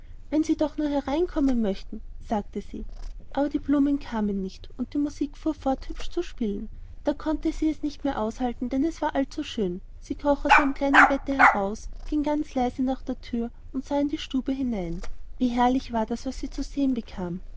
wenn sie doch nur hereinkommen möchten sagte sie aber die blumen kamen nicht und die musik fuhr fort hübsch zu spielen da konnte sie es nicht mehr aushalten denn es war allzuschön sie kroch aus ihrem kleinen bette hinaus ging ganz leise nach der thür und sah in die stube hinein wie herrlich war das was sie zu sehen bekam